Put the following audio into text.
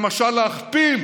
למשל להכפיל,